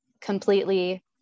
completely